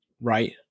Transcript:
right